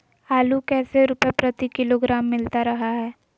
आलू कैसे रुपए प्रति किलोग्राम मिलता रहा है?